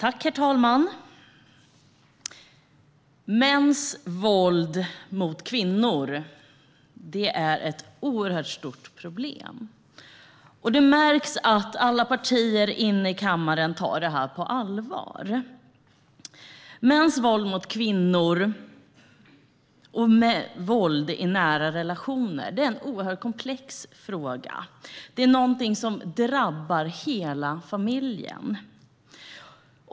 Herr talman! Mäns våld mot kvinnor är ett oerhört stort problem. Det märks att alla partier i kammaren tar detta på allvar. Mäns våld mot kvinnor och våld i nära relationer är en mycket komplex fråga. Det är någonting som drabbar hela familjen.